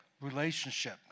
relationship